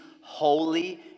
holy